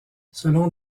selon